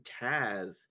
Taz